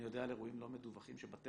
אני יודע על אירועים לא מדווחים שבתי